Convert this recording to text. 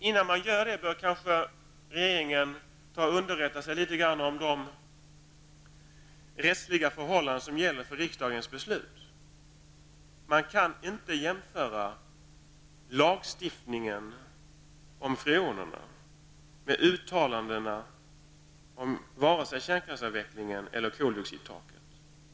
Innan man gör det bör kanske regeringen underrätta sig om de rättsliga förhållanden som gäller för riksdagens beslut. Man kan inte jämföra lagstiftningen om freonerna med uttalandena om vare sig kärnkraftsavvecklingen eller koldioxidtaket.